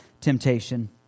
temptation